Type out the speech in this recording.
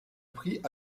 prit